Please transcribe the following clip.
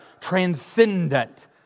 transcendent